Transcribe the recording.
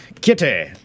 Kitty